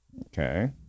Okay